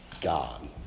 God